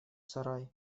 сарай